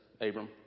Abram